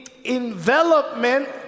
envelopment